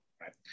Right